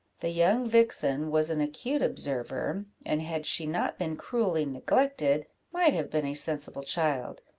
the young vixen was an acute observer, and, had she not been cruelly neglected, might have been a sensible child.